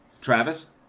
Travis